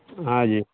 हँ जी